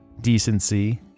decency